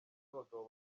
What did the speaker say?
abagabo